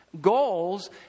Goals